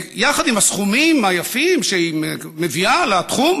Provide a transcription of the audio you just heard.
יחד עם הסכומים היפים שהיא מביאה לתחום,